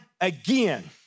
again